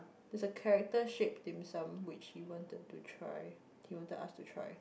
there's a character shaped dimsum which he wanted to try he wanted us to try